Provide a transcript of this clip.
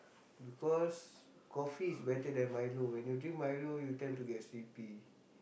because coffee is better than milo when you drink milo you tend to get sleepy